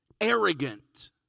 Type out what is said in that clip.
arrogant